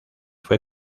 fue